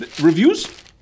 Reviews